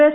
S